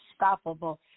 unstoppable